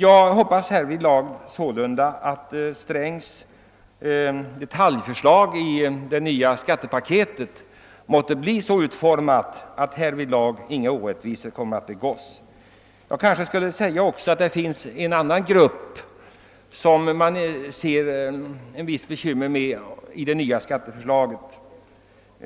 Jag hoppas sålunda att herr Strängs detaljförslag i det nya skattepaketet blir så utformat att härvidlag inga orättvisor kommer att begås. Jag kanske också skulle säga att det finns en anan grupp, för vilken man kan vara bekymrad på grund av det nya skatteförslaget.